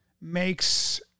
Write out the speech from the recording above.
makes